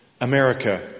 America